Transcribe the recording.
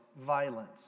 violence